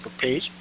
page